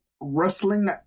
wrestling